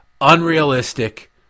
unrealistic